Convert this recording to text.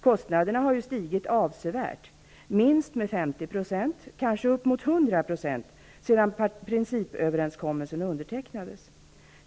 Kostnaderna har ju stigit avsevärt, med minst 50 %, kanske upp mot 100 %, sedan principöverenskommelsen undertecknades.